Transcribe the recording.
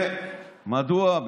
ומדוע?